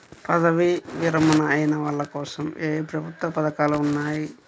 పదవీ విరమణ అయిన వాళ్లకోసం ఏ ప్రభుత్వ పథకాలు ఉన్నాయి?